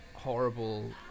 Horrible